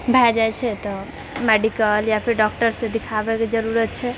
भए जाय छै तऽ मेडिकल या फेर डॉक्टरसँ दिखाबयके जरुरत छै